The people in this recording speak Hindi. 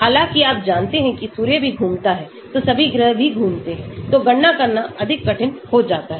हालाँकि आप जानते हैं कि सूर्य भी घूमता है तो सभी ग्रह भीघूमते हैं तो गणना करना अधिक कठिन हो जाता है